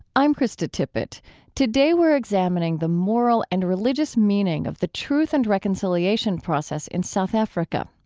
i'm krista tippett today we're examining the moral and religious meaning of the truth and reconciliation process in south africa.